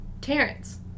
Terrence